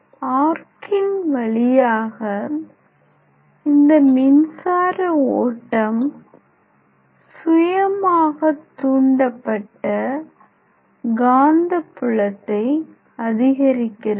ஆர்க்கின் வழியாக இந்த மின்சார ஓட்டம் சுயமாக தூண்டப்பட்ட காந்த புலத்தை அதிகரிக்கிறது